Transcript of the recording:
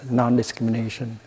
non-discrimination